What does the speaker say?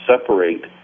separate